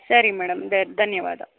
ಸರಿ ಮೇಡಂ ದ ಧನ್ಯವಾದ